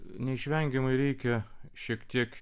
neišvengiamai reikia šiek tiek